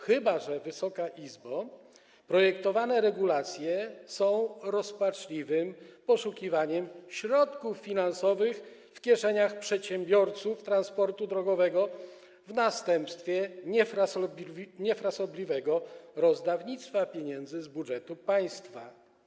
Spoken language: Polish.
Chyba że, Wysoka Izbo, projektowane regulacje są rozpaczliwym poszukiwaniem środków finansowych w kieszeniach przedsiębiorców transportu drogowego w następstwie niefrasobliwego rozdawnictwa pieniędzy z budżetu państwa.